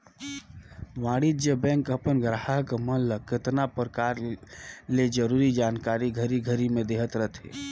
वाणिज्य बेंक अपन गराहक मन ल केतना परकार ले जरूरी जानकारी घरी घरी में देहत रथे